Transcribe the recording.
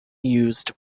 used